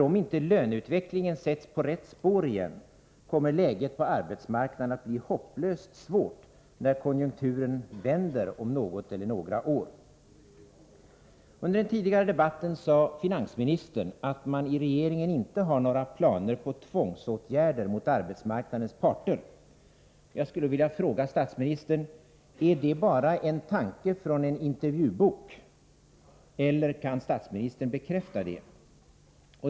Om inte löneutvecklingen sätts på rätt spår igen, kommer nämligen läget på arbetsmarknaden att bli hopplöst svårt, när konjunkturen vänder om något eller några år. Under den tidigare debatten sade finansministern att man i regeringen inte har några planer på tvångsåtgärder mot arbetsmarknadens parter. Jag skulle vilja fråga statsministern: Är det bara en tanke i en intervjubok, eller kan statsministern bekräfta detta?